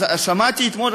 אז שמעתי אתמול,